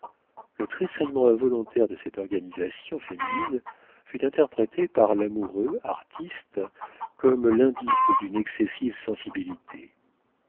le tressaillement involontaire de cette organisation féminine fut interprété par l'amoureux artiste comme l'indice d'une excessive sensibilité